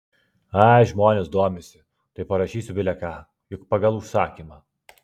ai žmonės domisi tai parašysiu bile ką juk pagal užsakymą